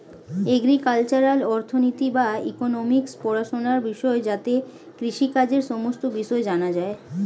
agricultural অর্থনীতি বা economics পড়াশোনার বিষয় যাতে কৃষিকাজের সমস্ত বিষয় জানা যায়